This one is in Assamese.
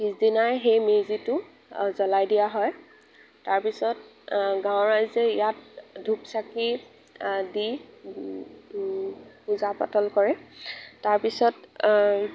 পিছদিনাই সেই মেজিটো জ্বলাই দিয়া হয় তাৰপিছত গাঁৱৰ ৰাইজে ইয়াত ধূপ চাকি দি পূজা পাতল কৰে তাৰপিছত